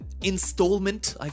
installment